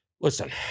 Listen